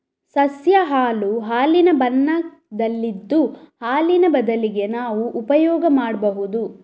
ಸಸ್ಯ ಹಾಲು ಹಾಲಿನ ಬಣ್ಣದಲ್ಲಿದ್ದು ಹಾಲಿನ ಬದಲಿಗೆ ನಾವು ಉಪಯೋಗ ಮಾಡ್ಬಹುದು